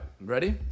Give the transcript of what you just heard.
Ready